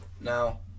now